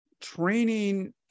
training